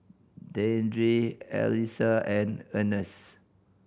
Deidre Allyssa and Earnest